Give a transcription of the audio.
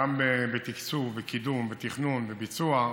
גם בתקצוב, בקידום, בתכנון וביצוע,